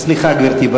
סליחה, גברתי.